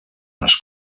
les